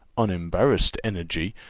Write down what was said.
unembarrassed energy,